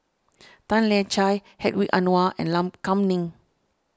Tan Lian Chye Hedwig Anuar and Lam Kam Ning